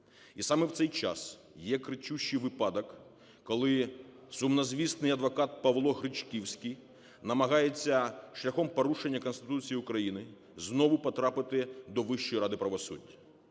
І саме в цей час є кричущий випадок, коли сумнозвісний адвокат Павло Гречківський намагається шляхом порушення Конституції України знову потрапити до Вищої ради правосуддя.